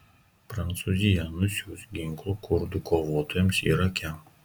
prancūzija nusiųs ginklų kurdų kovotojams irake